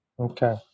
Okay